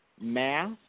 math